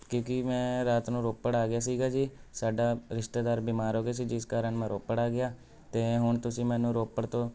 ਕਿਉਂਕਿ ਮੈਂ ਰਾਤ ਨੂੰ ਰੋਪੜ ਆ ਗਿਆ ਸੀਗਾ ਜੀ ਸਾਡਾ ਰਿਸ਼ਤੇਦਾਰ ਬਿਮਾਰ ਹੋ ਗਿਆ ਸੀ ਜਿਸ ਕਾਰਨ ਮੈਂ ਰੋਪੜ ਆ ਗਿਆ ਅਤੇ ਹੁਣ ਤੁਸੀਂ ਮੈਨੂੰ ਰੋਪੜ ਤੋਂ